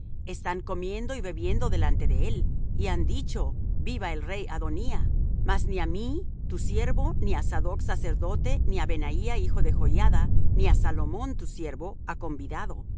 están comiendo y bebiendo delante de él y han dicho viva el rey adonía mas ni á mí tu siervo ni á sadoc sacerdote ni á benaía hijo de joiada ni á salomón tu siervo ha convidado